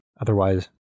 otherwise